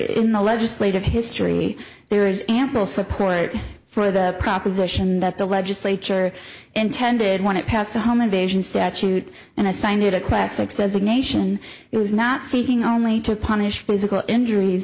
in the legislative history there is ample support for the proposition that the legislature intended when it passed the home invasion statute and assign it a class six designation it was not seeking only to punish physical injuries